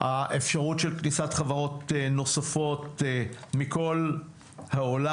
האפשרות של כניסת חברות נוספות מכל העולם